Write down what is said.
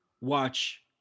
watch